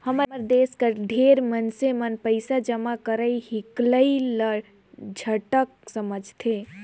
हमर देस कर ढेरे मइनसे मन पइसा जमा करई हिंकलई ल झंझट समुझथें